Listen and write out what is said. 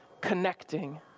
connecting